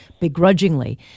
begrudgingly